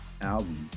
albums